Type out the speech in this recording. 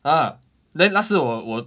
uh then 那时我我